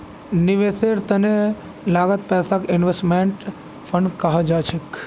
निवेशेर त न लगाल पैसाक इन्वेस्टमेंट फण्ड कह छेक